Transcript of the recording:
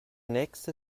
nächste